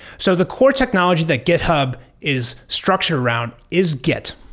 so the core technology that github is structured around is git.